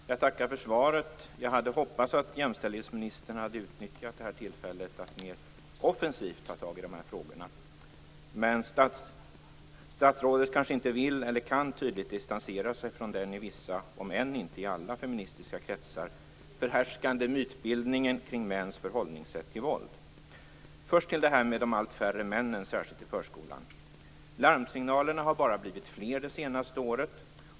Herr talman! Jag tackar för svaret. Jag hade hoppats att jämställdhetsministern hade utnyttjat det här tillfället till att mer offensivt ta tag i de här frågorna. Men statsrådet kanske inte vill eller kan distansera sig från den i vissa - om än inte alla - feministiska kretsar förhärskande mytbildningen kring mäns förhållningssätt till våld. Först till de allt färre männen, särskilt i förskolan. Larmsignalerna har bara blivit fler det senaste året.